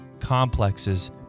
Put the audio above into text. complexes